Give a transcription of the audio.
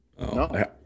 no